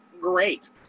great